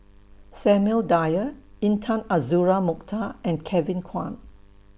Samuel Dyer Intan Azura Mokhtar and Kevin Kwan